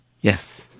Yes